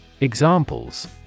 Examples